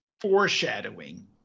foreshadowing